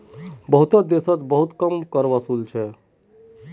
बहुतेते देशोत बहुत कम कर वसूल छेक